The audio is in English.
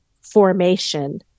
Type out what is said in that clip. formation